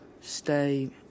stay